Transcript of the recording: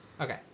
okay